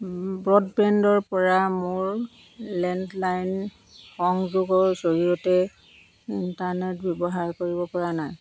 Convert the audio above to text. ব্ৰডবেণ্ডৰ পৰা মোৰ লেণ্ডলাইন সংযোগৰ জৰিয়তে ইণ্টাৰনেট ব্যৱহাৰ কৰিব পৰা নাই